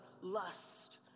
lust